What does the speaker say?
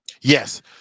Yes